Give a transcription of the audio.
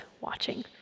watching